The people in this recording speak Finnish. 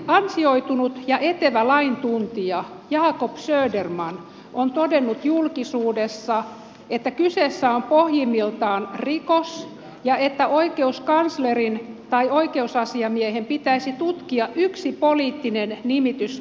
ansioitunut ja etevä laintuntija jacob söderman on todennut julkisuudessa että kyseessä on pohjimmiltaan rikos ja että oikeuskanslerin tai oikeusasiamiehen pitäisi tutkia yksi poliittinen nimitys perusteellisesti